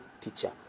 teacher